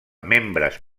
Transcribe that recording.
membres